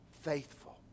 faithful